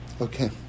Okay